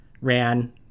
ran